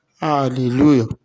hallelujah